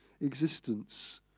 existence